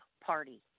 party